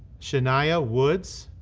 shania woods,